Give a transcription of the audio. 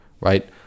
right